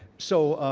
so,